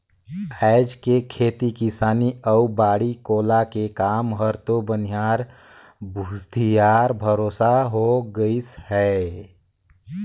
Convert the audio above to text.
आयज के खेती किसानी अउ बाड़ी कोला के काम हर तो बनिहार भूथी यार भरोसा हो गईस है